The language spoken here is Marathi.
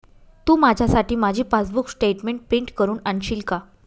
तू माझ्यासाठी माझी पासबुक स्टेटमेंट प्रिंट करून आणशील का?